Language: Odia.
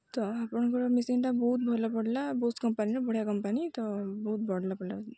ତ ଆପଣଙ୍କର ମେସିନ୍ଟା ବହୁତ ଭଲ ପଡ଼ିଲା ବୋସ୍ କମ୍ପାନୀର ବଢ଼ିଆ କମ୍ପାନୀ ତ ବହୁତ ବଢ଼ିଲା ପଡ଼ିଲା